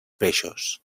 peixos